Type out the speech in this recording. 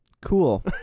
cool